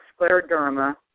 scleroderma